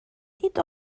nid